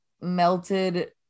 melted